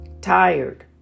tired